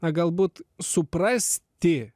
galbūt suprasti